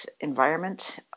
environment